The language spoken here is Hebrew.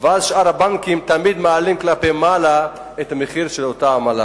אז שאר הבנקים תמיד מעלים כלפי מעלה את המחיר של אותה עמלה.